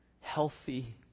healthy